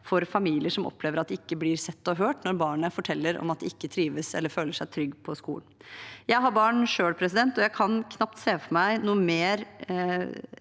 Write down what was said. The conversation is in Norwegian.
for familier som opplever at de ikke blir sett og hørt, når barnet forteller om at det ikke trives eller føler seg trygg på skolen. Jeg har barn selv, og jeg kan knapt se for meg noe som